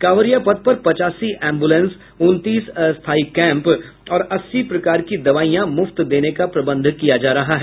कांवरियां पथ पर पचासी एम्बुलेंस उनतीस अस्थायी केंप और अस्सी प्रकार की दवाईयां मुफ्त देने का प्रबंध किया जा रहा है